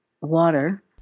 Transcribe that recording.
water